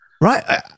Right